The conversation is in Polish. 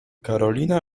karolina